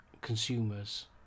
consumers